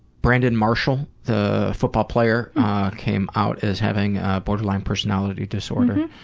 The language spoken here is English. brandon marshall the football player came out as having borderline personality disorder